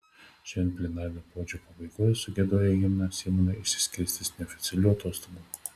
šiandien plenarinio posėdžio pabaigoje sugiedoję himną seimūnai išsiskirstys neoficialių atostogų